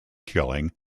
killing